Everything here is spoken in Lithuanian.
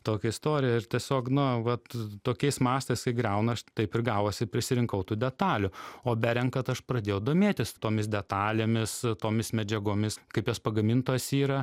tokia istorija ir tiesiog na vat tokiais mastais kai griauna taip ir gavosi prisirinkau tų detalių o berenkant aš pradėjau domėtis tomis detalėmis tomis medžiagomis kaip jos pagamintos yra